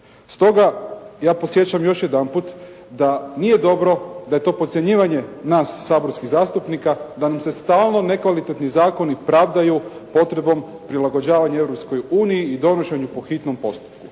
Stoga ja podsjećam još jedanput da nije dobro da je to podcjenjivanje nas saborskih zastupnika da nam se stalno nekvalitetni zakoni pravdaju potrebom prilagođavanja Europskoj uniji i donošenju po hitnom postupku.